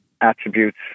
attributes